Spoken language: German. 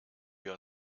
wir